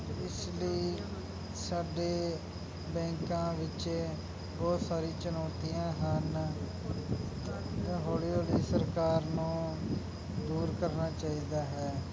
ਇਸ ਲਈ ਸਾਡੇ ਬੈਂਕਾਂ ਵਿੱਚ ਬਹੁਤ ਸਾਰੀ ਚੁਣੌਤੀਆਂ ਹਨ ਹੌਲੀ ਹੌਲੀ ਸਰਕਾਰ ਨੂੰ ਦੂਰ ਕਰਨਾ ਚਾਹੀਦਾ ਹੈ